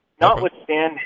notwithstanding